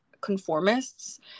conformists